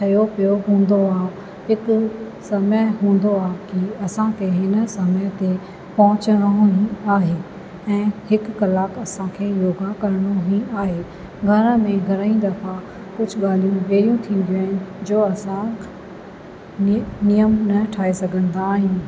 ठहियो पियो हूंदो आहे हिकु समय हूंदो आहे असां खे हिन समय ते पहुचणो आहे ऐं हिकु कलाकु असां खे योगा करिणो ई आहे घर में घणई दफ़ा कुझु ॻाल्हियूं अहिड़ियूं थींदियूं आहिनि जो असां नि नियम न ठाहे सघंदा आहियूं